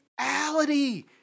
reality